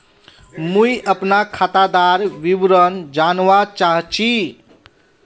मुई अपना खातादार विवरण जानवा चाहची?